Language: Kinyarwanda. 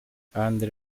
andré